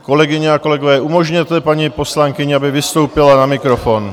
Kolegyně a kolegové, umožněte paní poslankyni, aby vystoupila na mikrofon.